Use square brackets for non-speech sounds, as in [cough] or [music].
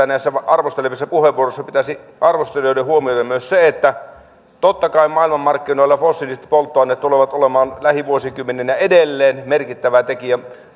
[unintelligible] näissä arvostelevissa puheenvuoroissa pitäisi arvostelijoiden huomioida myös se että totta kai maailmanmarkkinoilla fossiiliset polttoaineet tulevat olemaan lähivuosikymmeninä edelleen merkittävä tekijä